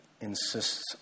insists